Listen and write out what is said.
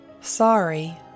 Sorry